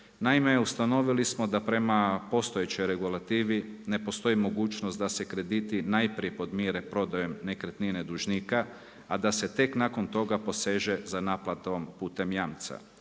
Naime, ustanovili smo da prema postojećoj regulativi ne postoji mogućnost da se krediti najprije podmire prodajom nekretnine dužnika, a da se tek nakon toga poseže za naplatom putem jamca.